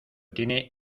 tiene